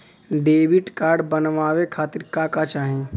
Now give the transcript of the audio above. Debit card बनवावे खातिर का का चाही?